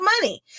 money